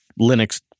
Linux